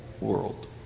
world